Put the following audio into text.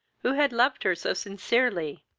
who had loved her so sincerely,